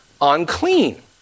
unclean